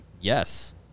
yes